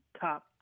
top